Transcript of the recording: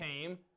came